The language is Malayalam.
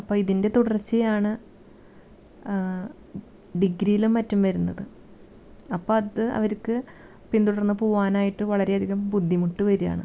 അപ്പം ഇതിൻ്റെ തുടർച്ചയാണ് ഡിഗ്രിയിലും മറ്റും വരുന്നത് അപ്പോൾ അത് അവർക്ക് പിന്തുടർന്ന് പോവാനായിട്ട് വളരെ അധികം ബുദ്ധിമുട്ട് വരുകയാണ്